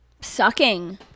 Sucking